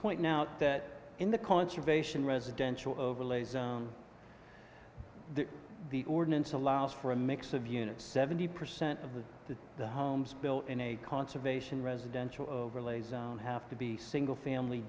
pointing out that in the conservation residential overlays the ordinance allows for a mix of units seventy percent of the to the homes built in a conservation residential overlay zone have to be single family